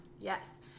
Yes